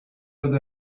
with